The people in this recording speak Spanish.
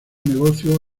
negocio